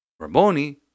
Ramoni